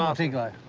um tea glass.